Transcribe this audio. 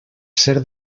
ser